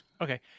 Okay